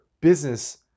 business